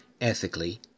ethically